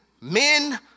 men